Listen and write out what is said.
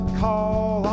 call